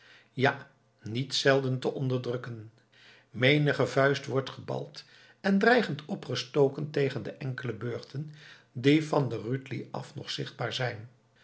ja niet zelden te onderdrukken menige vuist wordt gebald en dreigend opgestoken tegen de enkele burchten die van de rütli af nog zichtbaar zijn